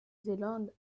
zélande